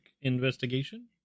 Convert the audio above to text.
investigation